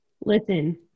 Listen